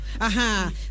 aha